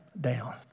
down